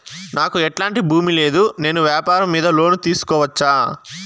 నాకు ఎట్లాంటి భూమి లేదు నేను వ్యాపారం మీద లోను తీసుకోవచ్చా?